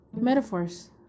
Metaphors